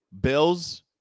Bills